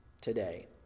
Today